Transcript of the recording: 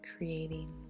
creating